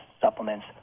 supplements